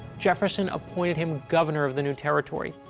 jefferson appointed him governor of the new territory.